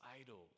idols